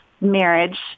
marriage